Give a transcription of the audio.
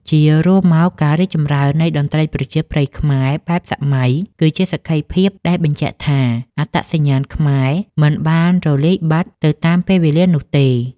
ជារួមមក ការរីកចម្រើននៃ តន្ត្រីប្រជាប្រិយខ្មែរបែបសម័យ គឺជាសក្ខីភាពដែលបញ្ជាក់ថា អត្តសញ្ញាណខ្មែរមិនបានរលាយបាត់ទៅតាមពេលវេលានោះទេ។